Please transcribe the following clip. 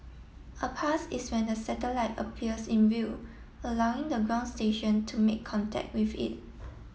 a pass is when the satellite appears in view allowing the ground station to make contact with it